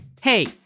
Hey